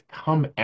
come